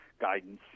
guidance